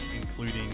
including